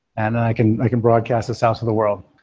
and i can i can broadcast this out to the world.